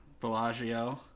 Bellagio